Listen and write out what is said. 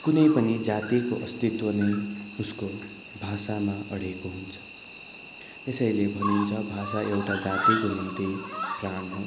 कुनै पनि जातिको अस्तित्व नै उसको भाषामा अडिएको हुन्छ यसैले भनिन्छ भाषा एउटा जातिको निम्ति प्राण हो